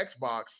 Xbox